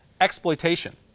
exploitation